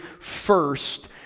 first